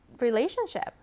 relationship